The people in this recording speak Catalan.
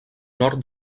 nord